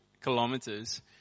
kilometers